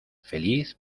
feliz